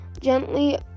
gently